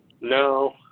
No